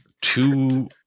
two